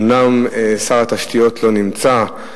אומנם שר התשתיות לא נמצא,